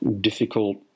difficult